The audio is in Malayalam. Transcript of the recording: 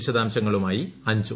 വിശദാംശങ്ങളുമായി അഞ്ജു